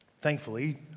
Thankfully